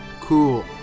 Cool